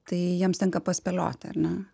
tai jiems tenka paspėlioti ar ne